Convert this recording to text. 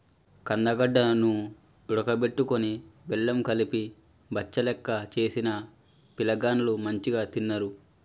కందగడ్డ ను ఉడుకబెట్టుకొని బెల్లం కలిపి బచ్చలెక్క చేసిన పిలగాండ్లు మంచిగ తిన్నరు